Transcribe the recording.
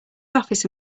office